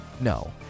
no